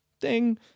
Ding